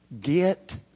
get